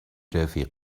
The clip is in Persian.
رفیق